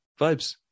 vibes